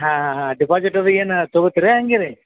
ಹಾಂ ಹಾಂ ಹಾಂ ಡಿಪಾಸಿಟ್ ಅದೇನು ತಗೊತಿರ ಹ್ಯಾಂಗೆ ರೀ